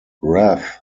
rath